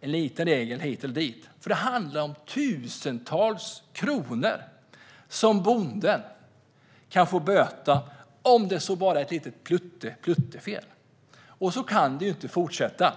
liten regel hit eller dit, för det handlar om tusentals kronor som bonden kan få böta om det så bara är ett pyttelitet fel. Så kan det inte fortsätta.